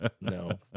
No